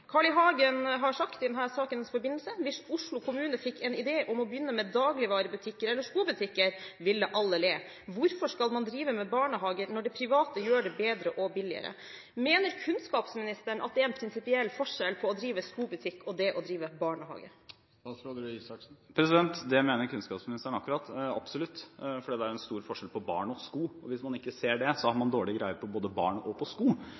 Carl I. Hagen har i forbindelse med denne saken sagt: «Hvis Oslo kommune fikk en idé om å begynne med dagligvarebutikker eller skobutikker, ville alle le. Hvorfor skal man drive med barnehager når private gjør det bedre og billigere?» Mener kunnskapsministeren at det er en prinsipiell forskjell på å drive skobutikk og det å drive barnehage? Det mener kunnskapsministeren absolutt, for det er en stor forskjell på barn og sko. Hvis man ikke ser det, har man dårlig greie både på barn og på sko.